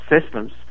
systems